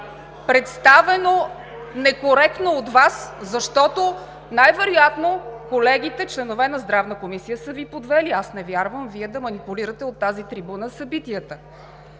представено некоректно от Вас, защото най-вероятно колегите, членове на Здравната комисия, са Ви подвели. Аз не вярвам Вие да манипулирате от тази трибуна събитията.